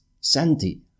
Santi